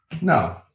no